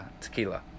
tequila